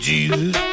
Jesus